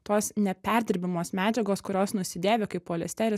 tos neperdirbamos medžiagos kurios nusidėvi kaip poliesteris